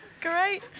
great